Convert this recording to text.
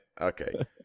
Okay